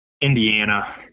Indiana